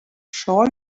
sure